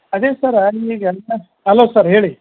ಅದೇ ಸರ್ ನೀವೀಗ hello sir ಹೇಳಿ